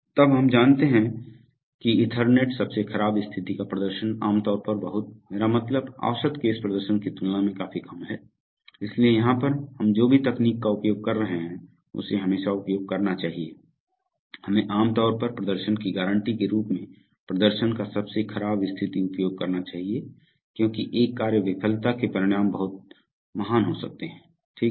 तब हम जानते हैं कि ईथरनेट सबसे खराब स्थिति का प्रदर्शन आम तौर पर बहुत मेरा मतलब औसत केस प्रदर्शन की तुलना में काफी कम है इसलिए यहां पर हम जो भी तकनीक का उपयोग कर रहे हैं उसे हमेशा उपयोग करना चाहिए हमें आम तौर पर प्रदर्शन की गारंटी के रूप में प्रदर्शन का सबसे खराब स्थिति उपयोग करना चाहिए क्योंकि एक कार्य विफलता के परिणाम बहुत महान हो सकते हैं ठीक है